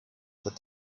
that